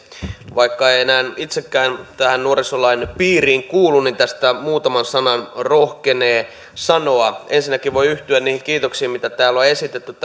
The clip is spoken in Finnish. vaikka en enää itsekään tähän nuorisolain piiriin kuulu niin tästä muutaman sanan rohkenee sanoa ensinnäkin voin yhtyä niihin kiitoksiin mitä täällä on esitetty